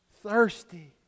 thirsty